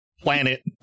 planet